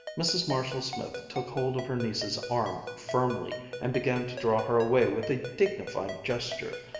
mrs. marshall-smith took hold of her niece's arm firmly, and began to draw her away with a dignified gesture.